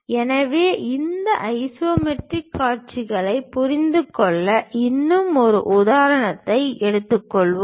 எனவே இந்த ஐசோமெட்ரிக் காட்சிகளைப் புரிந்துகொள்ள இன்னும் ஒரு உதாரணத்தை எடுத்துக் கொள்வோம்